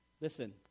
Listen